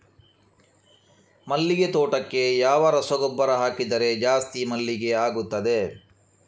ಮಲ್ಲಿಗೆ ತೋಟಕ್ಕೆ ಯಾವ ರಸಗೊಬ್ಬರ ಹಾಕಿದರೆ ಜಾಸ್ತಿ ಮಲ್ಲಿಗೆ ಆಗುತ್ತದೆ?